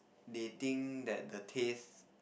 they think that the taste